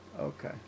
Okay